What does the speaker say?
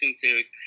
series